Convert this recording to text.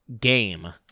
game